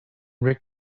rick